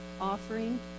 offering